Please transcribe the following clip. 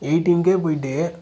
eighteen K போய்ட்டு